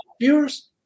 viewers